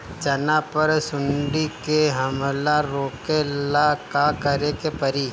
चना पर सुंडी के हमला रोके ला का करे के परी?